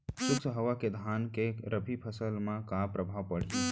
शुष्क हवा के धान के रबि फसल मा का प्रभाव पड़ही?